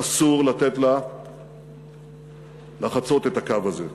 אסור לתת לה לחצות את הקו הזה.